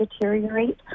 deteriorate